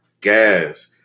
gas